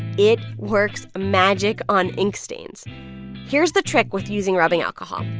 it works magic on ink stains here's the trick with using rubbing alcohol.